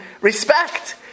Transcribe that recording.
respect